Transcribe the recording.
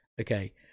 Okay